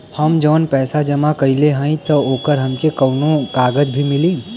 हम जवन पैसा जमा कइले हई त ओकर हमके कौनो कागज भी मिली?